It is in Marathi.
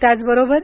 त्याचबरोबर